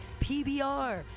pbr